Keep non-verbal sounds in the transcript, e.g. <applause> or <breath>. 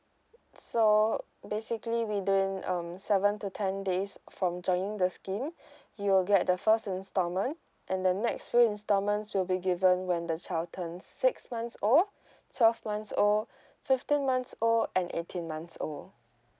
so basically within um seven to ten days from joining the scheme <breath> you'll get the first instalment and the next few installments will be given when the child turns six months old <breath> twelve months old <breath> fifteen months old and eighteen months old